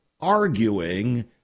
arguing